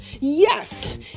Yes